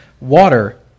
water